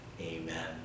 Amen